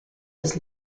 has